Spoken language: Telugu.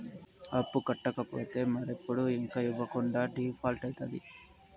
అప్పు కట్టకపోతే మరెప్పుడు ఇంక ఇవ్వకుండా డీపాల్ట్అయితాది